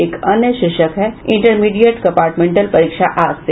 एक अन्य शीर्षक है इंटरमीडिएट कंपार्टमेंटल परीक्षा आज से